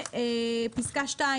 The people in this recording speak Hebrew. פסקה (2),